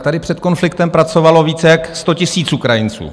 Tady před konfliktem pracovalo více jak 100 000 Ukrajinců.